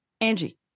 Angie